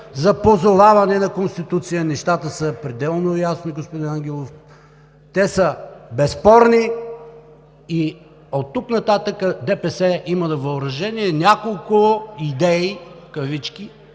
за позоваване на Конституцията – нещата са пределно ясни, господин Ангелов, те са безспорни и оттук нататък ДПС има на въоръжение няколко „идеи“, няколко